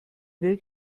mail